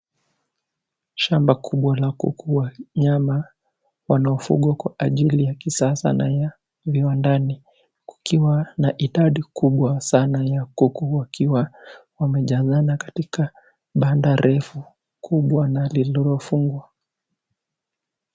Shamba kubwa la kuku wa nyama wanaofugwa kwa ajili ya kisasa na iliyo ndani kukiwa na idadi kubwa sana ya kuku wakiwa wamejazana katika banda refu kubwa na lililofungwa.